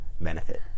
benefit